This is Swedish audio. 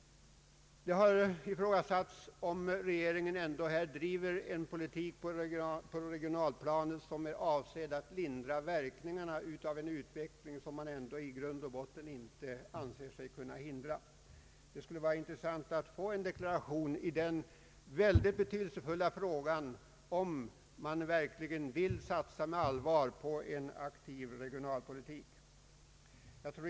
Det har ifrågasatts om regeringen driver en politik på det regionala planet som endast är avsedd att lindra verkningarna av en utveckling, som man i grund och botten inte anser sig kunna hindra. Det skulle vara intressant att få en deklaration i den betydelsefulla frågan om man verkligen på allvar vill satsa på en aktiv regionalpolitik.